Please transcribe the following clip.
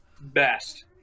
best